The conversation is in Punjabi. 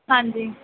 ਹਾਂਜੀ